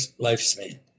lifespan